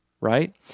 right